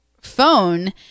phone